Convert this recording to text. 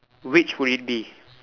which would it be